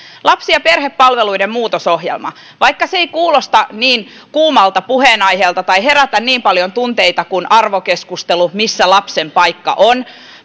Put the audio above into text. lapsi ja perhepalveluiden muutosohjelma vaikka se ei kuulosta niin kuumalta puheenaiheelta tai herätä niin paljon tunteita kuin arvokeskustelu siitä missä lapsen paikka on